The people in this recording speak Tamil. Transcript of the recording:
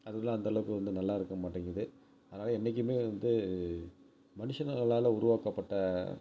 அதெலாம் அந்தளவுக்கு வந்து நல்லாருக்க மாட்டேங்கிது அதனால் என்றைக்குமே வந்து மனுஷங்களால் உருவாக்கப்பட்ட